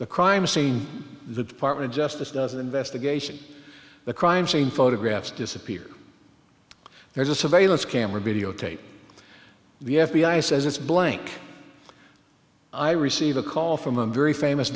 the crime scene the apartment justice does an investigation the crime scene photographs disappear there's a surveillance camera videotape the f b i says it's blank i received a call from a very famous